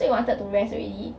so we wanted to rest already